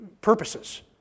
purposes